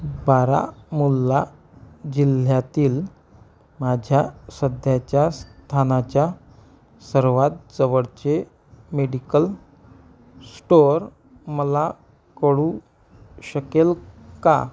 बारामुल्ला जिल्ह्यातील माझ्या सध्याच्या स्थानाच्या सर्वात जवळचे मेडिकल स्टोअर मला कळू शकेल का